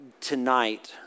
tonight